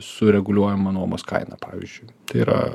su reguliuojama nuomos kaina pavyzdžiui tai yra